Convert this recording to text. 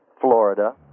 Florida